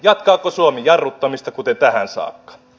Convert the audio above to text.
jatkaako suomi jarruttamista kuten tähän saakka